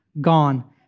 gone